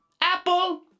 Apple